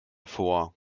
vor